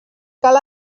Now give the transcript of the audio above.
cal